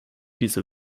dieser